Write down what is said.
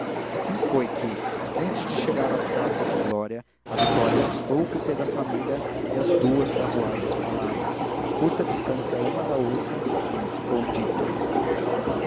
assim foi que antes de chegar à praça da glória a vitória avistou o coupé da família e as duas carruagens pararam a curta distância uma da outra como ficou dito